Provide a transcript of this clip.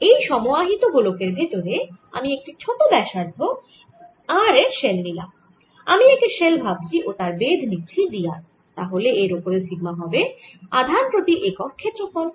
এই সম আহিত গোলকে্র ভেতরে আমি একটি ছোট ব্যাসার্ধ r এর শেল নিলাম আমি একে শেল ভাবছি ও তার বেধ নিচ্ছি d r তাহলে এর ওপরে সিগমা হবে আধান প্রতি একক ক্ষেত্রফল